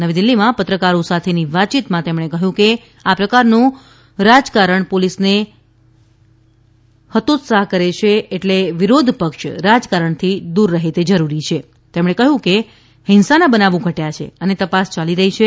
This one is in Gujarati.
નવીદીલ્લીમાં પત્રકારો સાથેની વાતયીતમાં તેમણે કહ્યું કે આ પ્રકારનું ક્ષુલ્લક રાજકારણ પોલીસને હતોતસાહ્ કરે છે એટલે વિરોધપક્ષ રાજકારણથી દૂર રહે તે જરૂરી છે તેમણે કહ્યું કે હ્રીંસાના બનાવો ઘટથા છે અને તપાસ યાલી રહી છે